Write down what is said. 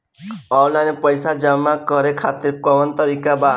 Online पइसा जमा करे खातिर कवन तरीका बा?